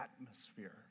atmosphere